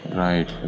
right